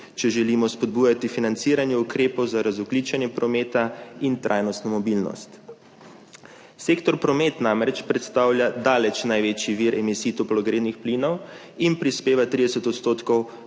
če želimo spodbujati financiranje ukrepov za razogljičenje prometa in trajnostno mobilnost. Sektor promet namreč predstavlja daleč največji vir emisij toplogrednih plinov in prispeva 30 %